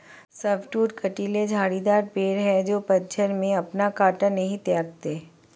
softwood कँटीले झाड़ीदार पेड़ हैं जो पतझड़ में अपना काँटा नहीं त्यागते